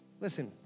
Listen